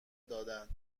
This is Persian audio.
دادند